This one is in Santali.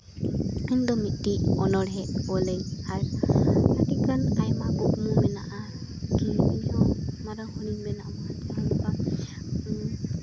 ᱤᱧ ᱫᱚ ᱢᱤᱫᱴᱤᱡ ᱚᱱᱚᱲᱦᱮ ᱚᱞᱟᱹᱧ ᱟᱨ ᱟᱹᱰᱤ ᱜᱟᱱ ᱟᱭᱢᱟ ᱠᱩᱠᱢᱩ ᱢᱮᱱᱟᱜᱼᱟ ᱟᱨ ᱤᱧ ᱦᱚᱸ ᱢᱟᱨᱟᱝ ᱦᱚᱲ ᱤᱧ ᱵᱮᱱᱟᱣᱟᱜ ᱢᱟ